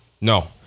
No